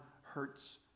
hurts